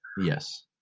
Yes